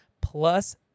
plus